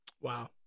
Wow